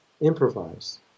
improvise